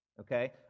Okay